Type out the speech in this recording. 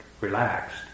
relaxed